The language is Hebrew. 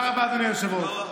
תודה רבה, אדוני היושב-ראש.